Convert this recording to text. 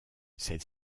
celle